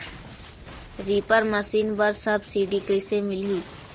Reaper machine बर subsidy कइसे मिलही?